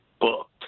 booked